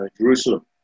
Jerusalem